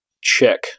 check